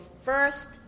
first